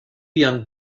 young